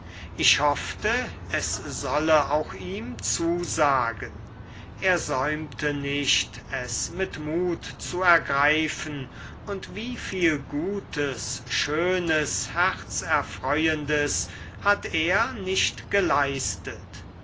ich hoffte es solle auch ihm zusagen er säumte nicht es mit mut zu ergreifen und wie viel gutes schönes herzerfreuendes hat er nicht geleistet